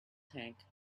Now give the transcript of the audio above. tank